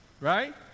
right